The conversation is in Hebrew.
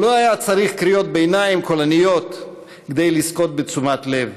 הוא לא היה צריך קריאות ביניים קולניות כדי לזכות בתשומת לב,